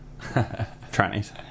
Trannies